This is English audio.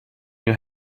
new